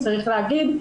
צריך להגיד,